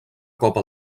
copa